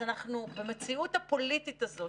אז במציאות הפוליטית הזאת,